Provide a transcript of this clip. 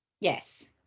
Yes